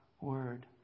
word